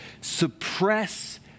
suppress